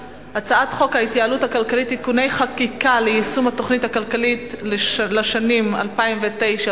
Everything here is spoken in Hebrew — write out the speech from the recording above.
לפיכך אני קובעת שהצעת חוק לתיקון פקודת מס הכנסה (מס' 186),